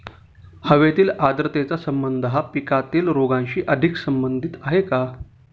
हवेतील आर्द्रतेचा संबंध हा पिकातील रोगांशी अधिक संबंधित आहे का?